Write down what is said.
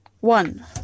One